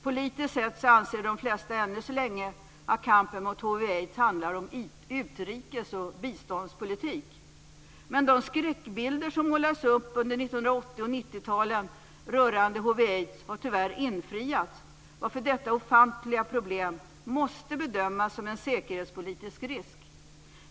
Politiskt sett anser de flesta ännu så länge att kampen mot hiv aids har tyvärr infriats, varför detta ofantliga problem måste bedömas som en säkerhetspolitisk risk.